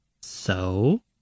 So